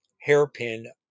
hairpin